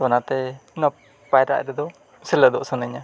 ᱚᱱᱟᱛᱮ ᱚᱱᱟ ᱯᱟᱭᱨᱟᱜ ᱨᱮᱫᱚ ᱥᱮᱞᱮᱫᱚᱜ ᱥᱟᱱᱟᱧᱟ